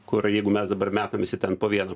kur jeigu mes dabar metam visi ten po vieną